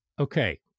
okay